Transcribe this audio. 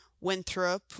Winthrop